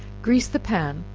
grease the pan,